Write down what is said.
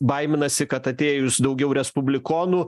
baiminasi kad atėjus daugiau respublikonų